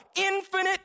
infinite